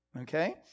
okay